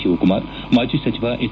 ಶಿವಕುಮಾರ್ ಮಾಜಿ ಸಚಿವ ಎಚ್